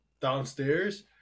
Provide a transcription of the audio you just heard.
downstairs